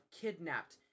kidnapped